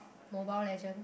Mobile Legend